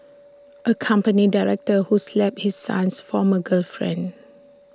A company director who slapped his son's former girlfriend